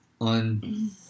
on